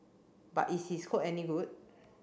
but is his code any good